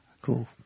Cool